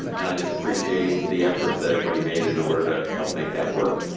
and i just appreciate the efforts that everybody made in order to help make that work.